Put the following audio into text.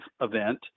event